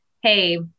Hey